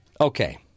Okay